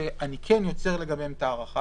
שאני כן יוצר לגביהם את ההארכה,